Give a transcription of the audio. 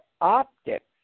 optics